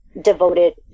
devoted